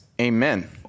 Amen